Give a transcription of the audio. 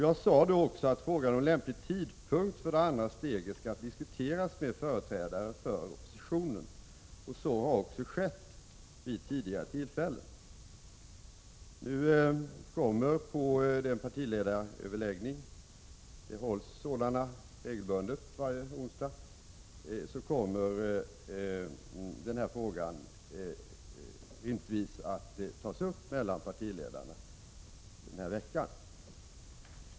Jag sade då också att frågan om lämplig tidpunkt för det andra steget skall diskuteras med företrädare för oppositionen — så har också skett vid tidigare tillfällen. Vid partiledaröverläggningen den här veckan — det hålls sådana regelbundet varje onsdag - kommer denna fråga rimligtvis att tas upp mellan partiledarna.